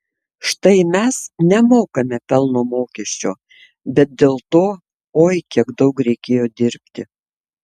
štai mes nemokame pelno mokesčio bet dėl to oi kiek daug reikėjo dirbti